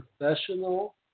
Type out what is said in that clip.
professional